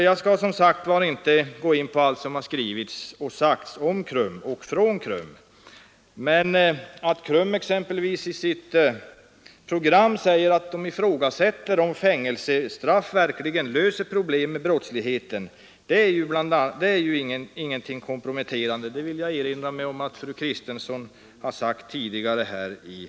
Jag skall inte gå in på allt som skrivits och sagts om och av KRUM, men att KRUM exempelvis i sitt program ifrågasätter om fängelsestraff verkligen löser problem med brottsligheten är inget komprometterande. Den åsikten vill jag erinra mig att fru Kristensson har uttryckt tidigare i dag.